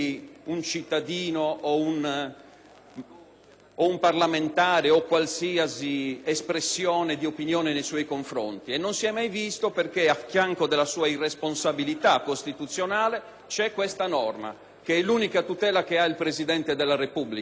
o un parlamentare o l'espressione di una qualsiasi opinione nei suoi confronti. Non si è mai visto perché, accanto alla sua irresponsabilità costituzionale c'è questa norma che è l'unica tutela che ha il Presidente della Repubblica. È una tutela che gli viene garantita dall'ordinamento.